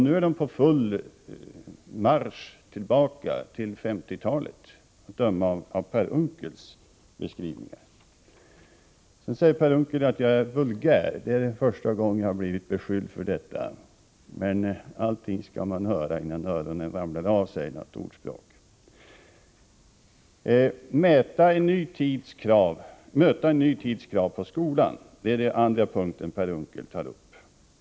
Nu är de på full marsch tillbaka till 1950-talet, att döma av Per Unckels beskrivningar. Sedan sade Per Unckel att jag är vulgär. Det är första gången jag har blivit beskylld för det, men ”mycket skall man höra, innan öronen faller av”, lyder ett talesätt. Att möta en ny tids krav på skolan är den andra punkten som Per Unckel tar upp.